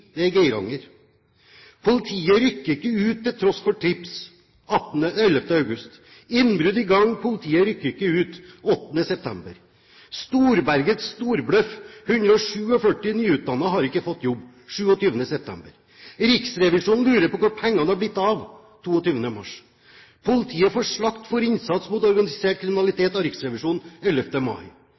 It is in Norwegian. er i Geiranger 11. august: politiet rykket ikke ut til tross for tips 8. september: innbrudd i gang – politiet rykket ikke ut 27. september: Storbergets storbløff – 147 nyutdannede har ikke fått jobb 22. mars: Riksrevisjonen lurer på hvor pengene har blitt av 11. mai: politiet får slakt for innsats mot organisert kriminalitet av Riksrevisjonen